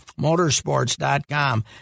Motorsports.com